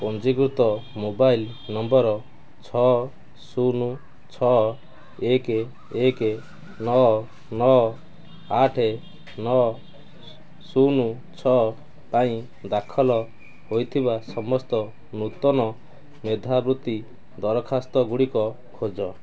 ପଞ୍ଜୀକୃତ mobile number ଛଅ ଶୂନ ଛଅ ଏକ ଏକ ନଅ ନଅ ଆଠ ନଅ ଶୂନ ଛଅ ପାଇଁ ଦାଖଲ ହୋଇଥିବା ସମସ୍ତ ନୂତନ ମେଧାବୃତ୍ତି ଦରଖାସ୍ତଗୁଡ଼ିକ ଖୋଜ